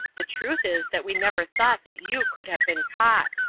the truth is that we never thought that you could have been caught,